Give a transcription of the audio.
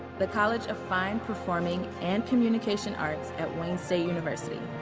the college of fine, performing and communication arts at wayne state university.